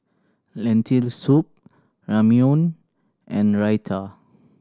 Lentil Soup Ramyeon and Raita